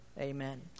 amen